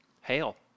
hail